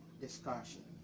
discussion